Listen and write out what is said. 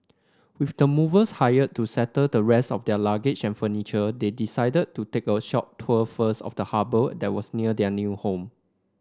with the movers hired to settle the rest of their luggage and furniture they decided to take a short tour first of the harbour that was near their new home